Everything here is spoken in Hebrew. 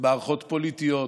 מערכות פוליטיות,